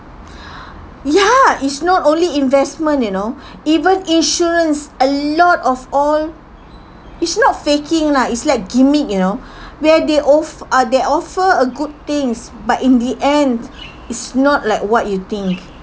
ya it's not only investment you know even insurance a lot of all it's not faking lah it's like gimmick you know where they off~ uh they offer a good things but in the end it's not like what you think